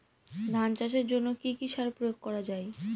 ধান চাষের জন্য কি কি সার প্রয়োগ করা য়ায়?